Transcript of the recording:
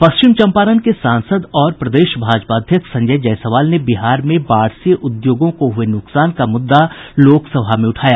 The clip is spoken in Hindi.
पश्चिम चंपारण के सांसद और प्रदेश भाजपा अध्यक्ष संजय जायसवाल ने बिहार में बाढ़ से उद्योगों को हुए नुकसान का मुद्दा लोकसभा में उठाया